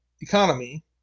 economy